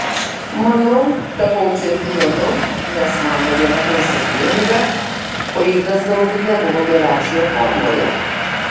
manau tapau čempionu nes man ta diena buvo sėkminga o ignas galbūt nebuvo geriausioje formoje